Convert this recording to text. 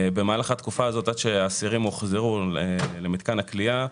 במהלך התקופה הזאת עד שהאסירים הוחזרו למתקן הכליאה,